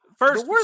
First